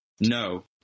No